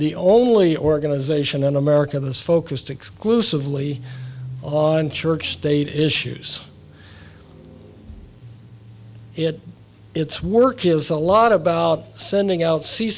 the only organization in america that's focused exclusively on church state issues it it's work is a lot about sending out